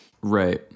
Right